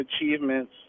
achievements